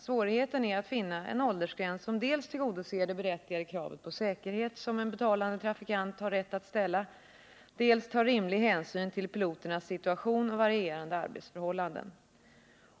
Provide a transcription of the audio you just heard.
Svårigheten är att finna en åldersgräns, som dels tillgodoser det berättigade krav på säkerhet som en betalande trafikant har rätt att ställa, dels tar rimlig hänsyn till piloternas situation och varierande arbetsförhållanden.